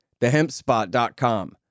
thehempspot.com